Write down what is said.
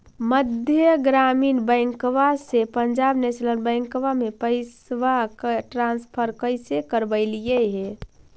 मध्य ग्रामीण बैंकवा से पंजाब नेशनल बैंकवा मे पैसवा ट्रांसफर कैसे करवैलीऐ हे?